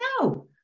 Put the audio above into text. No